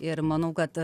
ir manau kad